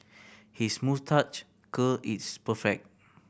his moustache curl is perfect